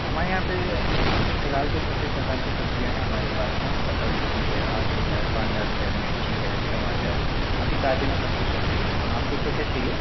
हमारे यहाँ पर अभी फ़िलहाल तो सभी प्रकार की सब्ज़ियाँ हैं हमारे पास में पत्तागोभी है आलू है पालक है मिर्ची है टमाटर अभी ताज़े में सब कुछ रखी हुई हैं आपको क्या क्या चाहिए